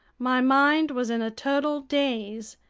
my mind was in a total daze.